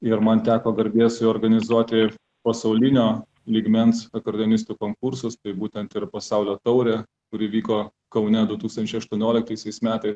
ir man teko garbė su juo organizuoti pasaulinio lygmens akordeonistų konkursus tai būtent ir pasaulio taurę kuri vyko kaune du tūkstančiai aštuonioliktaisiais metai